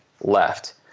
left